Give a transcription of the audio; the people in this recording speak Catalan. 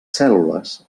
cèl·lules